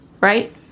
right